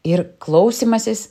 ir klausymasis